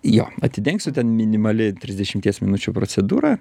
jo atidengsiu ten minimali trisdešimties minučių procedūra